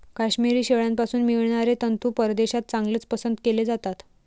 काश्मिरी शेळ्यांपासून मिळणारे तंतू परदेशात चांगलेच पसंत केले जातात